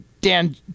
Dan